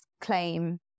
claim